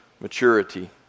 maturity